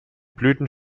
blüten